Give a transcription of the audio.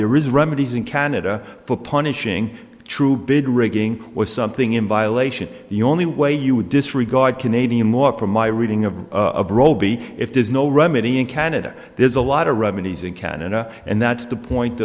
there is remedies in canada for punishing true bid rigging with something in violation the only way you would disregard canadian more from my reading of of robey if there's no remedy in canada there's a lot of remedies in canada and that's the point